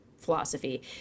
philosophy